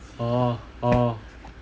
orh orh